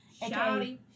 Shouty